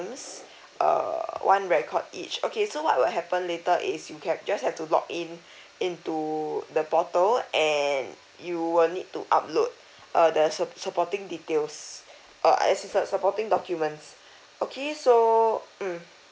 uh one record each okay so what will happen later is you can just have to log in into the portal and you will need to upload uh there's a sup~ supporting details uh as is a supporting documents okay so mm